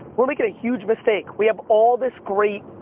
we're makin' a huge mistake. we have all this great